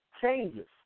changes